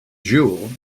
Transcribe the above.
jewell